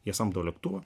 jie samdo lėktuvą